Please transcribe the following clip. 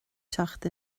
teacht